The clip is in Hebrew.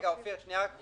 שניהם אפשריים.